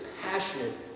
passionate